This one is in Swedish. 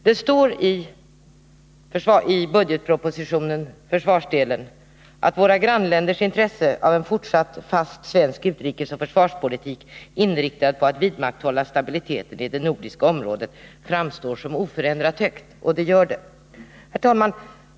Det står i budgetpropositionen, försvarsdelen, att våra grannländers intresse av en fortsatt fast svensk utrikesoch försvarspolitik, inriktad på att vidmakthålla stabiliteten i det nordiska området, framstår som oförändrat högt. Och det gör det. Herr talman!